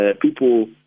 people